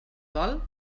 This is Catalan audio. vol